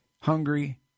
hungry